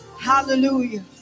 Hallelujah